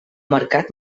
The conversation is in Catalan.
mercat